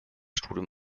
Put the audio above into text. studium